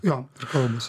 jo kalbasi